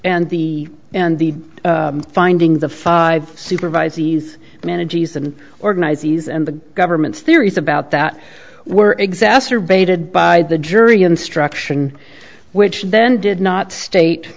and the and the finding the five supervise these men a g s and organize these and the government's theories about that were exacerbated by the jury instruction which then did not state